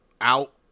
out